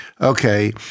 okay